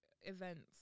events